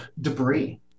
debris